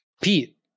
Pete